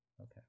okay